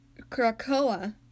Krakoa